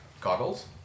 goggles